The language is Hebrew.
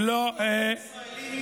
זכויות הישראלים הינה הינן.